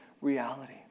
reality